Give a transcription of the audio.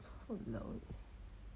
!walao! eh